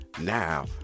now